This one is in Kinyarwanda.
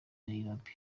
nairobi